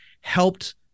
helped